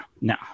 no